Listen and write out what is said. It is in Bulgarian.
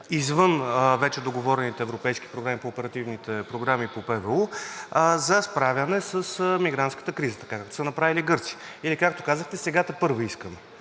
извън вече договорените европейски проекти по оперативни програми по ПВУ, за справяне с мигрантската криза, така както са направили гърците? Или както казахте, сега тепърва искаме?